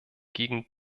gegen